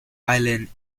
island